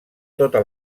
tota